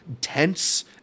tense